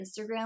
Instagram